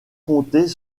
compter